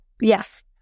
Yes